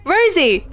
Rosie